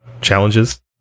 challenges